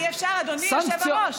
אבל אי-אפשר, אדוני היושב-ראש.